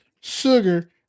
sugar